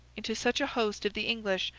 into such a host of the english,